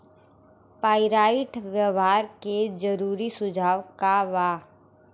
Pyrite व्यवहार के जरूरी सुझाव का वा?